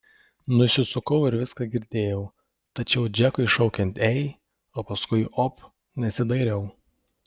nusisukau ir viską girdėjau tačiau džekui šaukiant ei o paskui op nesidairiau